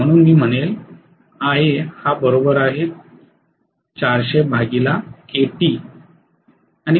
म्हणून मी म्हणेल याने मला करंट द्यावा